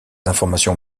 informations